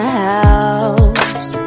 house